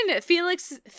Felix